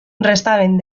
restaven